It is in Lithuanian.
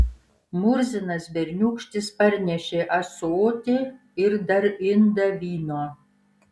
murzinas berniūkštis parnešė ąsotį ir dar indą vyno